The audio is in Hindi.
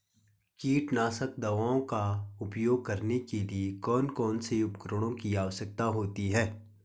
कीटनाशक दवाओं का उपयोग करने के लिए कौन कौन से उपकरणों की आवश्यकता होती है?